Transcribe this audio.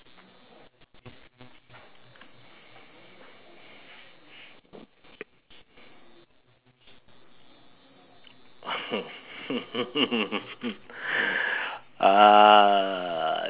uh